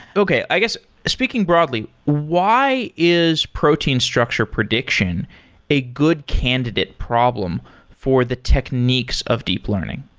okay, i guess speaking broadly, why is protein structure prediction a good candidate problem for the techniques of deep learning?